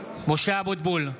אבוטבול,